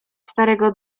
starego